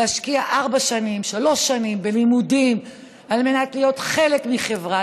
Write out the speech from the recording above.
להשקיע ארבע שנים או שלוש שנים בלימודים על מנת להיות חלק מהחברה,